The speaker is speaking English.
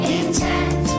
intent